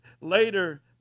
Later